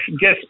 guess